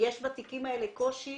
יש בתיקים האלה קושי